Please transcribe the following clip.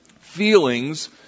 feelings